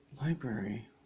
Library